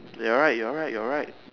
you're right you're right you're right